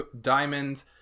diamond